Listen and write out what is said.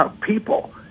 people